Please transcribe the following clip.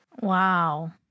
Wow